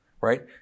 right